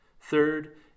Third